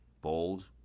bold